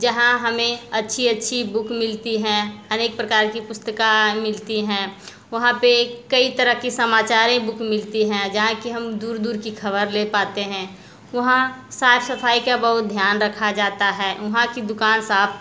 जहाँ हमें अच्छी अच्छी बुक मिलती हैं अनेक प्रकार की पुस्तिका मिलती हैं वहाँ पर कई तरह की समाचारें बुक मिलती हैं जहाँ कि हम दूर दूर की ख़बर ले पाते हैं वहाँ साफ़ सफ़ाई का बहुत ध्यान रखा जाता है वहाँ की दुकान साफ़